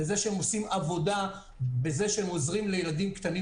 לזה שהם עושים עבודה בכך שהם עוזרים לילדים קטנים